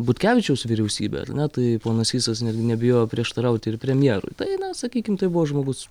butkevičiaus vyriausybę ar ne tai ponas sysas nebijojo prieštarauti ir premjerui tai na sakykim tai buvo žmogus